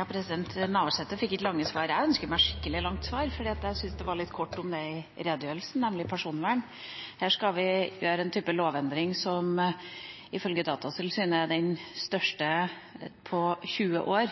Navarsete fikk ikke lange svar. Jeg ønsker meg et skikkelig langt svar fordi jeg syns det var litt snaut om personvern i redegjørelsen. Her skal vi foreta en lovendring som ifølge Datatilsynet er den største på 20 år,